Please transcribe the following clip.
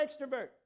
extrovert